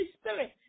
Spirit